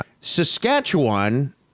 Saskatchewan